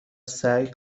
سعی